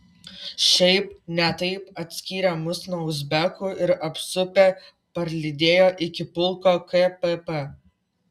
šiaip ne taip atskyrė mus nuo uzbekų ir apsupę parlydėjo iki pulko kpp